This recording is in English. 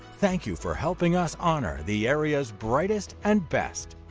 thank you for helping us honor the area's brightest and best.